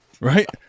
right